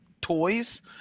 toys